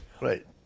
Right